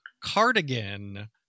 Cardigan